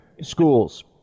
schools